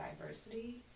diversity